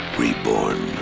reborn